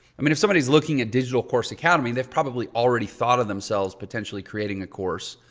i mean if somebody is looking at digital course academy, they've probably already thought of themselves potentially creating a course.